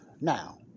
Now